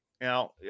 Now